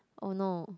oh no